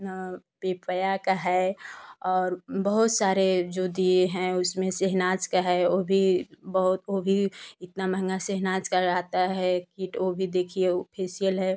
ना पपाया का है और बहुत सारे जो दिए हैं उसमें शहनाज़ का है वह भी बहुत वह भी इतना महँगा शहनाज़ का आता है किट वह भी देखिए वह फ़ेशियल है